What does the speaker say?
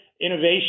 innovation